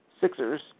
Sixers